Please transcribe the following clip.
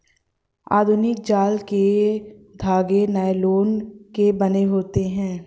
आधुनिक जाल के धागे नायलोन के बने होते हैं